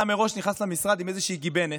אתה מראש נכנס למשרד עם איזושהי גיבנת.